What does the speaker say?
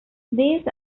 these